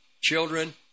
Children